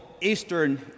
Eastern